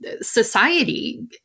society